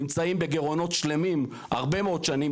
נמצאים בגירעונות שלמים הרבה מאוד שנים,